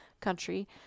country